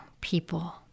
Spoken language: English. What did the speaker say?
people